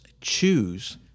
choose